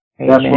Amen